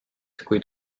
kuid